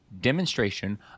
demonstration